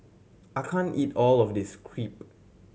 I can't eat all of this Crepe